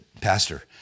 Pastor